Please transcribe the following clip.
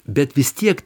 bet vis tiek